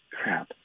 Crap